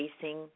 facing